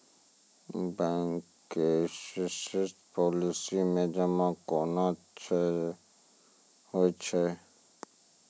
Bank के insurance policy मे जमा केना होय छै?